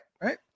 Right